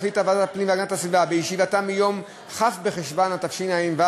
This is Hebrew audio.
החליטה ועדת הפנים והגנת הסביבה בישיבתה ביום כ' בחשוון התשע"ו,